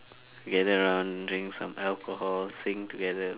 gather around drink some alcohol sing together